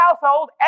household